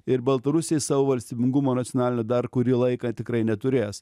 ir baltarusiai savo valstybingumo nacionalinio dar kurį laiką tikrai neturės